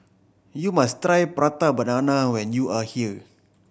you must try Prata Banana when you are here